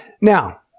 Now